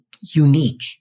unique